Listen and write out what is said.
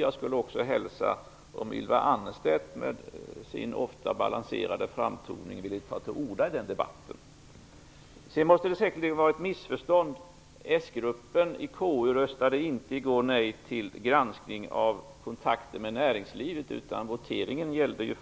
Jag skulle hälsa med tillfredsställelse om Ylva Annerstedt med sin ofta balanserade framtoning ville ta till orda i den debatten. Sedan måste det säkerligen vara ett missförstånd. S-gruppen i konstitutionsutskottet röstade inte i går nej till granskning av kontakter med näringslivet, utan voteringen gällde